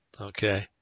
Okay